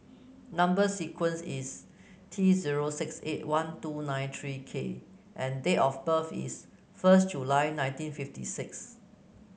number sequence is T zero six eight one two nine three K and date of birth is first July nineteen fifty six